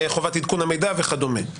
חובת עדכון המידע וכדומה.